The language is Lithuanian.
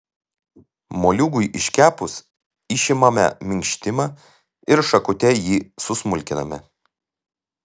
moliūgui iškepus išimame minkštimą ir šakute jį susmulkiname